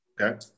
Okay